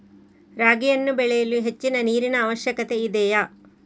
ರಾಗಿಯನ್ನು ಬೆಳೆಯಲು ಹೆಚ್ಚಿನ ನೀರಿನ ಅವಶ್ಯಕತೆ ಇದೆಯೇ?